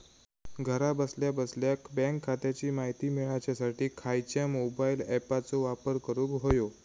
घरा बसल्या बसल्या बँक खात्याची माहिती मिळाच्यासाठी खायच्या मोबाईल ॲपाचो वापर करूक होयो?